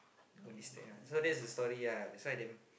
so that's the story ah that's why damn